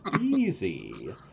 easy